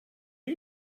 who